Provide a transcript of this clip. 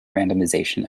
randomization